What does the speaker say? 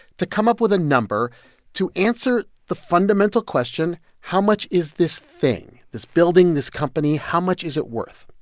to come up with a number to answer the fundamental question how much is this thing, this building, this company? how much is it worth?